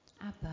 Abba